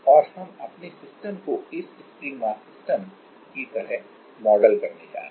अब और हम अपने सिस्टम को इस स्प्रिंग मास सिस्टम की तरह मॉडल करने जा रहे हैं